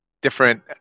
different